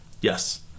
Yes